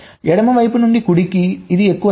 ఎడమ నుండి కుడికి ఇది ఎక్కువ సమయం